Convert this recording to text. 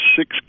six